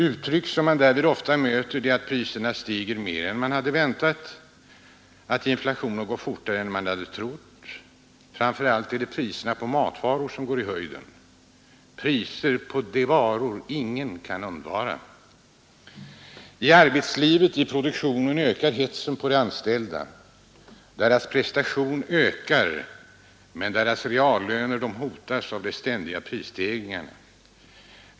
Uttryck som vi därvid ofta möter är att priserna stigit mer än man väntat, att inflationen går fortare än man trott. Framför allt är det priserna på matvaror som går i höjden, priserna på varor som ingen kan undvara. I arbetslivet ökar hetsen på de anställda. Deras prestationer ökar, men deras reallöner hotas av de ständiga prisstegringarna.